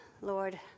Lord